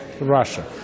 Russia